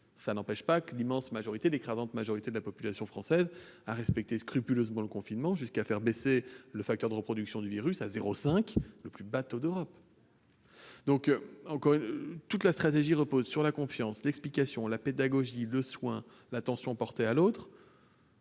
Il n'empêche que l'immense majorité de la population française a respecté scrupuleusement le confinement, jusqu'à faire baisser le taux de transmission du virus à 0,5, soit le plus bas taux d'Europe. Encore une fois, toute notre stratégie repose sur la confiance, l'explication, la pédagogie, le soin, l'attention portée à l'autre.